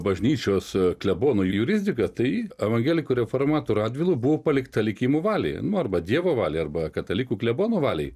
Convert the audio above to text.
bažnyčios klebono jurisdika tai evangelikų reformatų radvilų buvo palikta likimo valiai arba dievo valiai arba katalikų klebono valiai